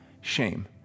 Shame